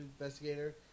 investigator